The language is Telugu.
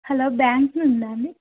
హలో బ్యాంక్ నుంచా అండి